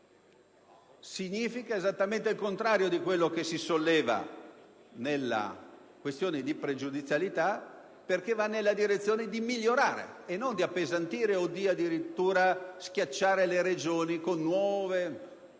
significa esattamente il contrario di quanto sollevato nella questione pregiudiziale, perché va nella direzione di migliorare e di non appesantire o addirittura schiacciare le Regioni con nuove attribuzioni